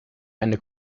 eine